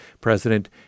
President